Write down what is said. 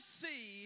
see